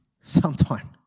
sometime